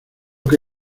que